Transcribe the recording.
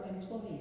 employees